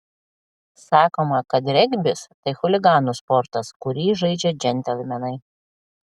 sakoma kad regbis tai chuliganų sportas kurį žaidžia džentelmenai